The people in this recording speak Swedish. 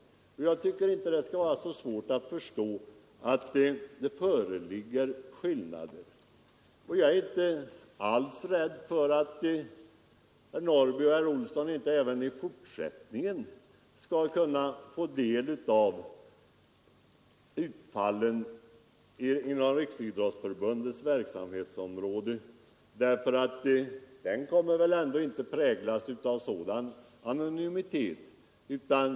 Jag tycker inte det skulle vara så svårt att förstå att det föreligger skillnader. Jag är inte alls rädd för att herr Norrby i Gunnarskog och herr Olsson i Kil inte även i fortsättningen skall kunna få del av utfallet av verksamheten inom Riksidrottsförbundets område; den kommer väl ändå inte att präglas av sådan anonymitet.